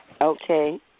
Okay